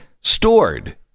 stored